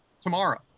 tomorrow